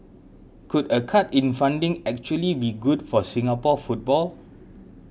could a cut in funding actually be good for Singapore football